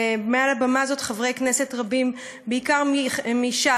ומעל הבמה הזאת חברי כנסת רבים, בעיקר מש"ס,